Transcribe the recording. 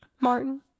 Martin